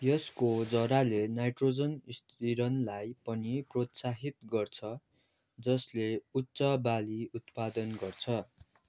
यसको जराले नाइट्रोजन स्थिरणलाई पनि प्रोत्साहित गर्छ जसले उच्च बाली उत्पादन गर्छ